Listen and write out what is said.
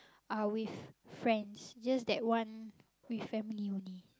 are with friends just that one with family only